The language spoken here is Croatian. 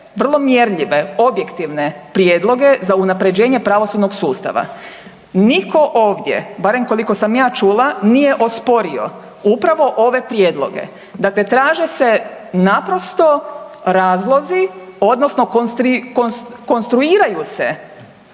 vrlo mjerljive objektivne prijedloge za unapređenje pravosudnog sustava. Nitko ovdje, barem koliko sam ja čula nije osporio upravo ove prijedloge. Dakle, traže se naprosto razlozi, odnosno konstruiraju se